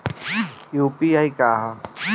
UPI का ह?